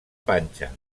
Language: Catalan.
panxa